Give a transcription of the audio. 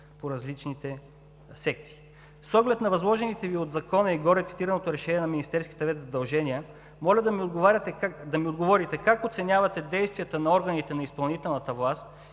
по различните секции. С оглед на възложените Ви от Закона и горецитираното решение на Министерския съвет задължения, моля да ми отговорите: как оценявате действията на органите на изпълнителната власт